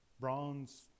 bronze